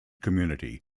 community